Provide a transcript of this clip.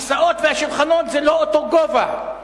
הכיסאות והשולחנות הם לא באותו גובה,